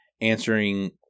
answering